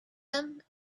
them